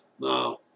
Now